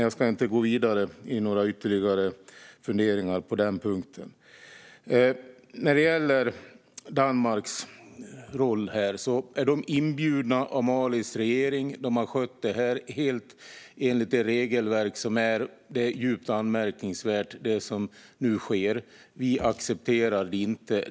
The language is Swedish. Jag ska inte gå vidare i några ytterligare funderingar på den punkten. När det gäller Danmarks roll är de inbjudna av Malis regering. De har skött det här helt enligt det regelverk som finns, och det är djupt anmärkningsvärt det som nu sker. Vi accepterar det inte.